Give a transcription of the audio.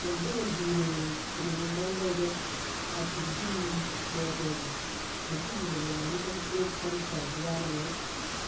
yan dekkel dire nyo nying mwal de she a tikdin ne yo keedi ndine nubu nibi nyal shi first comes by hearing ne